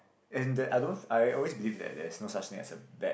as in there I don't I always believe that there's no such thing as a bad